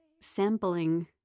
sampling